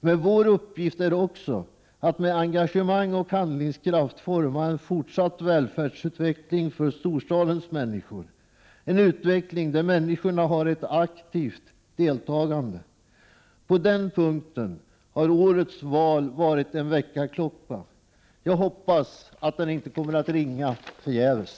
Men vår uppgift är också att med engagemang och handlingskraft forma en fortsatt välfärdsutveckling för storstadens människor, en utveckling där människorna aktivt deltar. På den punkten har årets val varit en väckarklocka. Jag hoppas att den inte kommer att ringa förgäves.